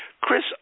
Chris